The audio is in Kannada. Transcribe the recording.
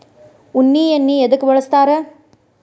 ಉಣ್ಣಿ ಎಣ್ಣಿ ಎದ್ಕ ಬಳಸ್ತಾರ್?